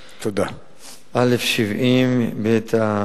1. 70 ש"ח.